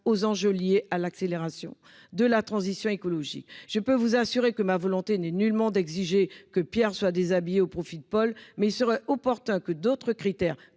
aux enjeux liés à l'accélération de la transition écologique. Je peux vous assurer que ma volonté n'est nullement d'exiger que Pierre soit déshabillé au profit de Paul. Mais il serait opportun que d'autres critères,